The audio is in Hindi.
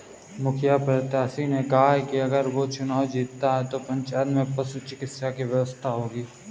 मुखिया प्रत्याशी ने कहा कि अगर वो चुनाव जीतता है तो पंचायत में पशु चिकित्सा की व्यवस्था होगी